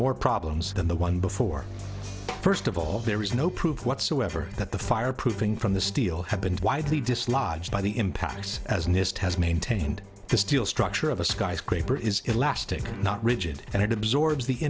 more problems than the one before first of all there is no proof whatsoever that the fireproofing from the steel had been widely dislodged by the impacts as nist has maintained the steel structure of a skyscraper is elastic not rigid and